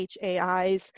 hais